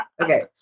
okay